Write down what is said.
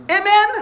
Amen